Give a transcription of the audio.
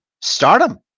stardom